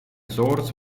source